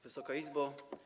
Wysoka Izbo!